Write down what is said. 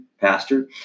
pastor